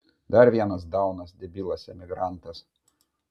dar vienas daunas debilas emigrantas